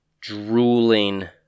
drooling